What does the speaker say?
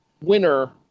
winner